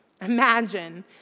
Imagine